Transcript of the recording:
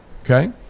Okay